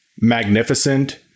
magnificent